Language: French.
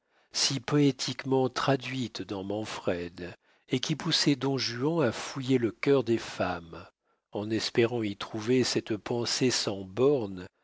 si poétiquement traduite dans manfred et qui poussait don juan à fouiller le cœur des femmes en espérant y trouver cette pensée sans bornes